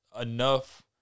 enough